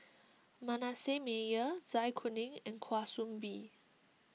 Manasseh Meyer Zai Kuning and Kwa Soon Bee